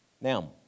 now